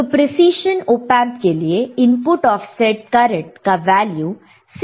तो precision op amp के लिए इनपुट ऑफसेट करंट का वैल्यू 6 नैनो एंपियर है